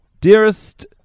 Dearest